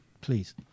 Please